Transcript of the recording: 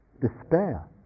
despair